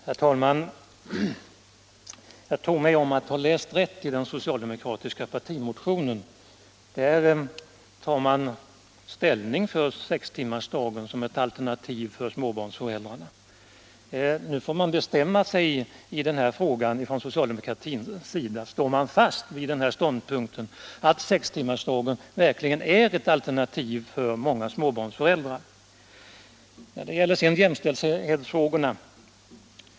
Herr talman! Jag tror mig om att ha läst rätt i den socialdemokratiska partimotionen. Där tar man ställning för sextimmarsdagen som ett alternativ för småbarnsföräldrarna. Nu får socialdemokratin bestämma sig i denna fråga. Står man fast vid den ståndpunkten att sextimmarsdagen verkligen är ett alternativ för många småbarnsföräldrar? 61 Sedan till jämställdhetsfrågorna.